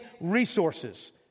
resources